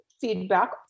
feedback